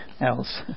else